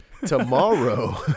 tomorrow